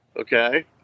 Okay